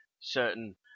certain